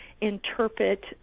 interpret